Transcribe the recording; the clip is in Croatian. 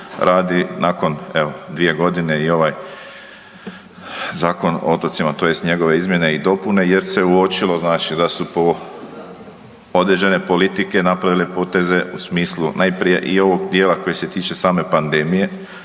radi nakon evo 2.g. i ovaj Zakon o otocima tj. njegove izmjene i dopune jer se uočilo znači da su određene politike napravile poteze u smislu najprije i ovog dijela koji se tiče i same panedmije,